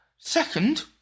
Second